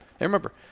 remember